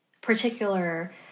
particular